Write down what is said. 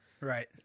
Right